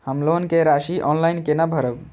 हम लोन के राशि ऑनलाइन केना भरब?